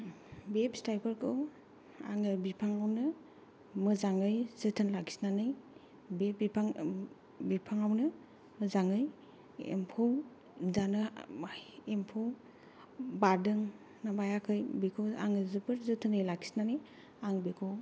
बे फिथाइफोरखौ आङो बिफांआवनो मोजाङै जोथोन लाखिनानै बे बिफां ओम बिफांआवनो मोजाङै एम्फौ जानो एम्फौ बारदों माबायाखै बेखौ आङो जोबोर जोथोनै लाखिनानै आं बेखौ